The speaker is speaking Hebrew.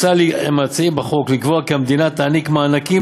מציעים בחוק לקבוע כי המדינה תעניק מענקים